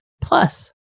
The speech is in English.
plus